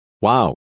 Wow